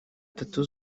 tatu